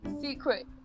secret